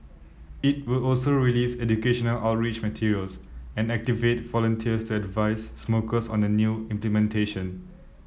it will also release educational outreach materials and activate volunteers to advise smokers on the new implementation